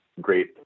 great